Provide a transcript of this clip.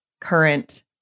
current